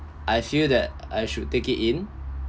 I feel that I should take it in